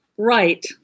right